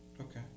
Okay